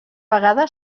vegada